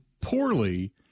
poorly